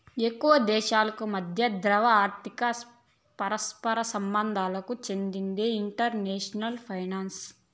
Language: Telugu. ఎక్కువ దేశాల మధ్య ద్రవ్య, ఆర్థిక పరస్పర సంబంధాలకు చెందిందే ఇంటర్నేషనల్ ఫైనాన్సు